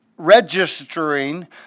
registering